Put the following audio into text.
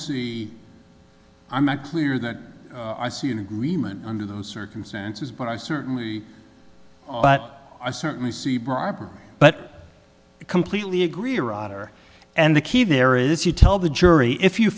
see i'm not clear that i see an agreement under those circumstances but i certainly but i certainly see bribery but i completely agree roger and the key there is you tell the jury if you